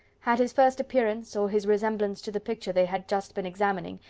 had his first appearance, or his resemblance to the picture they had just been examining,